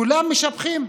כולם משבחים.